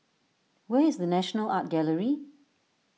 where is the National Art Gallery